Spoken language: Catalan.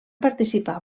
participar